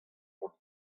vont